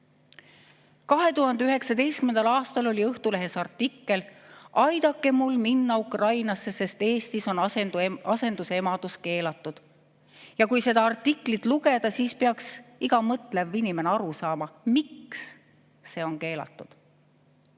2019. aastal oli Õhtulehes artikkel "Aidake mul minna Ukrainasse, sest Eestis on asendusemadus keelatud". Kui seda artiklit lugeda, siis peaks iga mõtlev inimene aru saama, miks see on keelatud.